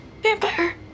Vampire